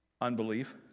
Unbelief